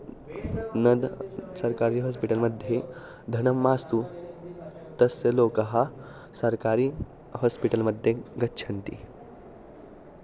न न सर्कारी हास्पिटल् मध्ये धनं मास्तु तस्य लोकः सर्कारी हास्पिटल् मध्ये गच्छन्ति